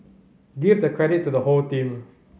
give the credit to the whole team